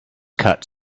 cut